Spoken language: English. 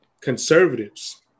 conservatives